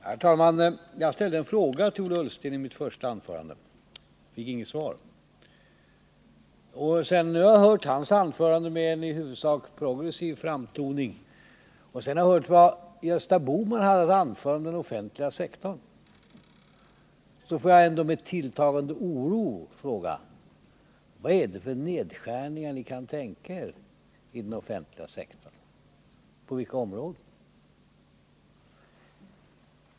Herr talman! Jag ställde en fråga till Ola Ullsten i mitt första anförande, men jag fick inget svar. Sedan jag nu hört hans anförande med en i huvudsak progressiv framtoning och hört vad Gösta Bohman hade att anföra om den offentliga sektorn, måste jag ändå med tilltagande oro fråga: Vad är det för nedskärningar ni kan tänka er i den offentliga sektorn? På vilka områden?